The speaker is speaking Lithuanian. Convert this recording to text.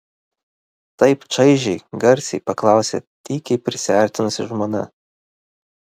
taip čaižiai garsiai paklausė tykiai prisiartinusi žmona